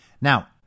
Now